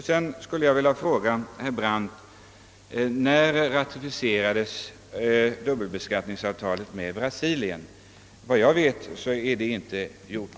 Sedan skulle jag vilja Brandt: När ratificerades skattningsavtalet med Brasilien? Vad jag vet är det inte gjort.